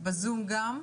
בזום גם.